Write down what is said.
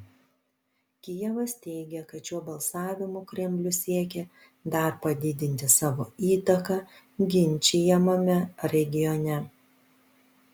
kijevas teigia kad šiuo balsavimu kremlius siekė dar padidinti savo įtaką ginčijamame regione